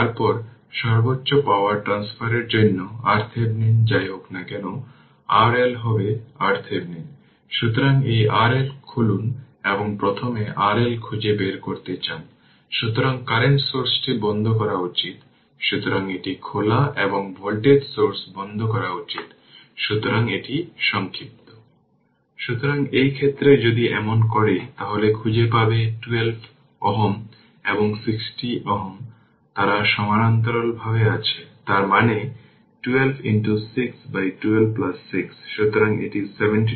কারণ DC transient গুলি অধ্যয়ন করতে হবে এবং ক্যাপাসিটর এবং ইনডাক্টর সম্পর্কে শিখতে হবে এটিতে যাওয়ার আগে একটি মাত্র জিনিস আবার বলতে চাই যে যেকোনো বই নিন এবং প্রচুর অনুশীলন করুন